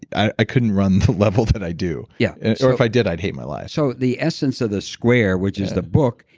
i couldn't run the level that i do yeah or if i did i'd hate my life so the essence of the square, which is the book,